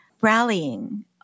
rallying